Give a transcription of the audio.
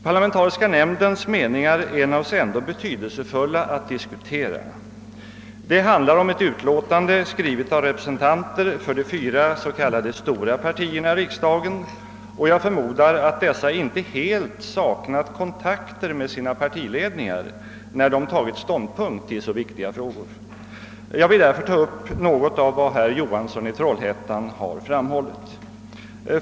Parlamentariska nämndens meningar är naturligtvis ändå betydelsefulla att diskutera. Det handlar om ett utlåtande skrivet av representanter för de fyra s.k. stora partierna i riksdagen, och jag förmodar att dessa inte helt saknat kontakter med sina partiledningar när de tagit ståndpunkt till så viktiga frågor. Jag vill därför ta upp något av vad herr Johansson i Trollhättan framhållit.